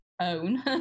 own